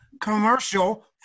commercial